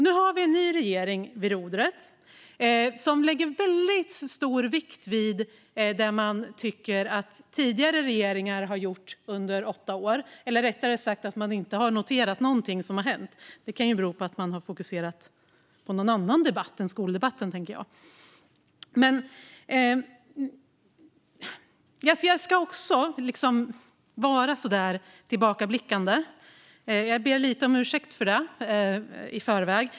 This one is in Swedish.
Nu har vi en ny regering vid rodret, och den lägger stor vikt vid vad tidigare regeringar har gjort under åtta år eller noterar rättare sagt att ingenting har hänt. Det kan dock bero på att man har fokuserat på något annat än skoldebatten. Jag ska vara lite tillbakablickande och ber om ursäkt för detta i förväg.